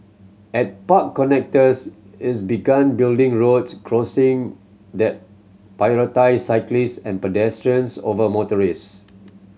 at park connectors is begun building roads crossing that prioritise cyclist and pedestrians over motorist